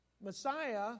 Messiah